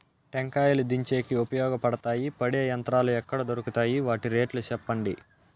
టెంకాయలు దించేకి ఉపయోగపడతాయి పడే యంత్రాలు ఎక్కడ దొరుకుతాయి? వాటి రేట్లు చెప్పండి?